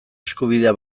eskubidea